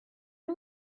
are